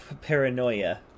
paranoia